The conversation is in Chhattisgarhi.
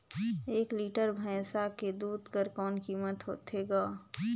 एक लीटर भैंसा के दूध कर कौन कीमत होथे ग?